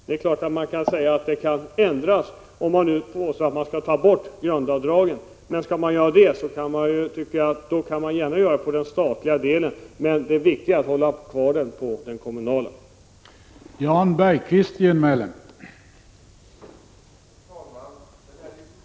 Man kan naturligtvis tala om en ändring om grundavdraget tas bort, men skall man göra det bör detta gälla för den statliga inkomstbeskattningen — det är viktigt att bibehålla rätten till avdrag när det gäller den kommunala inkomstbeskattningen.